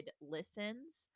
listens